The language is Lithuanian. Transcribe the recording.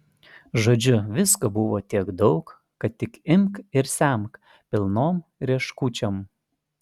žodžiu visko buvo tiek daug kad tik imk ir semk pilnom rieškučiom